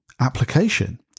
application